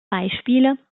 beispiele